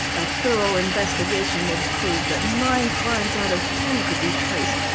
a thorough investigation would prove that nine crimes out of ten could be traced,